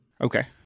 Okay